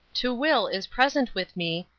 to will is present with me,